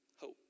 Hope